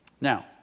Now